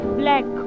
black